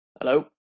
Hello